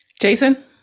Jason